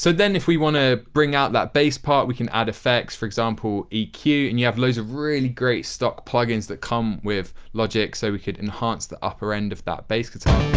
so then if we want to bring out that bass part we can add effects. for example, eq and you have loads of really great stock plug-ins that come with logic. so, we could enhance the upper end of that bass guitar.